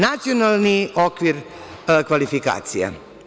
Nacionalni okvir kvalifikacija.